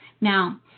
Now